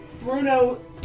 Bruno